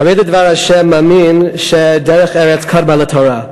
חרד לדבר ה' מאמין שדרך ארץ קדמה לתורה,